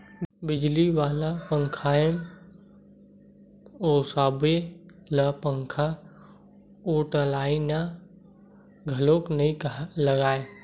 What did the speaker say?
बिजली वाला पंखाम ओसाबे त पंखाओटइया घलोक नइ लागय